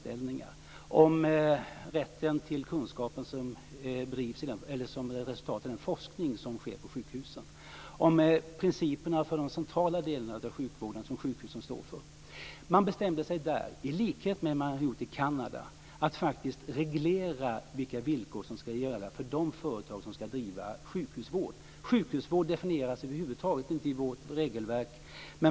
Det gäller rätten till den forskning som bedrivs på sjukhusen, och om principerna för de centrala delarna av sjukvården som sjukhusen står för. Man bestämde sig där - i likhet med vad som hade skett i Kanada - att faktiskt reglera vilka villkor som ska gälla för de företag som ska bedriva sjukhusvård. Sjukhusvård definieras över huvud taget inte i vårt regelverk.